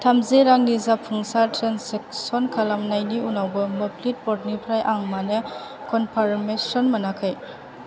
थामजौ रांनि जाफुंसार ट्रेन्जेकसन खालामनायनि उनावबो मोब्लिब ब'र्डनिफ्राय आं मानो कन्फार्मेसन मोनाखै